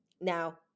now